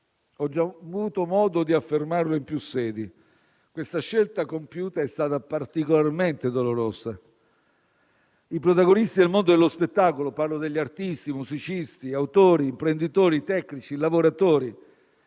Ho già avuto modo di affermarlo in più sedi: questa scelta è stata particolarmente dolorosa. I protagonisti del mondo dello spettacolo, parlo degli artisti, musicisti, autori, imprenditori, tecnici e lavoratori